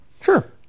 Sure